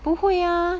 不会呀